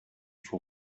for